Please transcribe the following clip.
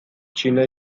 china